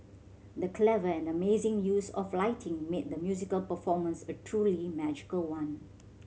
the clever and amazing use of lighting made the musical performance a truly magical one